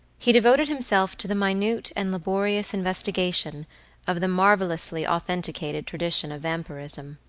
he devoted himself to the minute and laborious investigation of the marvelously authenticated tradition of vampirism.